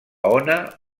ona